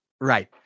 Right